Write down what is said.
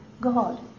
God